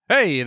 Hey